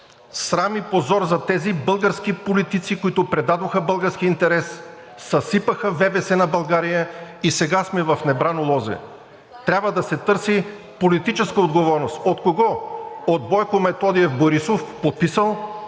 срам и позор за тези български политици, които предадоха българския интерес, съсипаха ВВС на България и сега сме в небрано лозе. Трябва да се търси политическа отговорност. От кого? От Бойко Методиев Борисов, подписал,